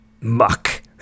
muck